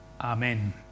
Amen